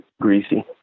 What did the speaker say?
greasy